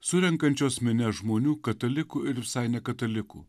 surenkančios minia žmonių katalikų ir visai nekatalikų